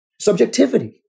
subjectivity